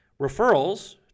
referrals